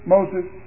Moses